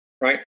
right